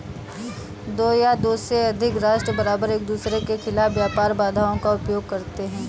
दो या दो से अधिक राष्ट्र बारबार एकदूसरे के खिलाफ व्यापार बाधाओं का उपयोग करते हैं